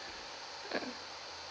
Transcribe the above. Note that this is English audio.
mm